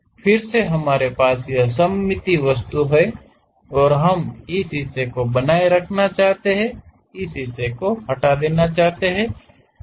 फिर से हमारे पास यह सममित वस्तु है और हम इस हिस्से को बनाए रखना चाहते हैं इस हिस्से को हटा दें